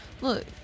look